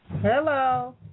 Hello